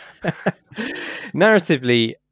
Narratively